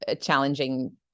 challenging